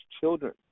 children